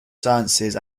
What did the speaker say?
sciences